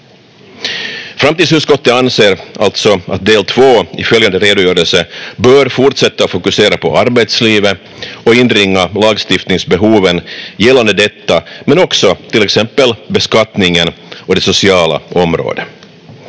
Framtidsutskottet anser alltså att del två i följande redogörelse bör fortsätta fokusera på arbetslivet och inringa lagstiftningsbehoven gällande detta, men också till exempel beskattningen och det sociala området.